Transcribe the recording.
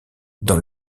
dans